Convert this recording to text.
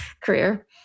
career